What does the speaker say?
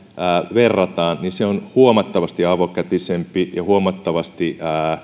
verrataan se on huomattavasti avokätisempi ja huomattavasti